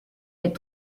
est